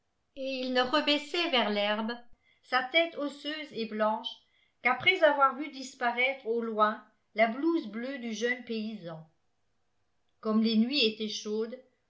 il ne rebaissait vers l'herbe sa tête osseuse et blanche qu'après avoir vu disparaître au loin la blouse bleue du jeune paysan comme les nuits étaient chaudes